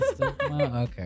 okay